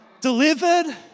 delivered